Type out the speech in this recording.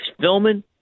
filming